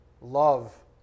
love